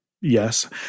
yes